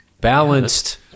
balanced